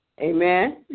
Amen